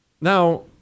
Now